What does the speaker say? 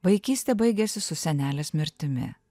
vaikystė baigiasi su senelės mirtimi